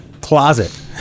closet